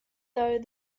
though